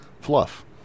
Fluff